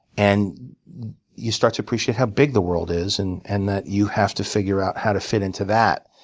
and you start to appreciate how big the world is, and and that you have to figure out how to fit into that.